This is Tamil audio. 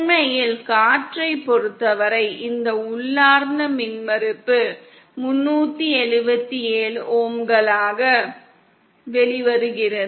உண்மையில் காற்றைப் பொறுத்தவரை இந்த உள்ளார்ந்த மின்மறுப்பு 377 ஓம்களாக வெளிவருகிறது